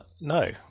No